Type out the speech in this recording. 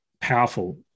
powerful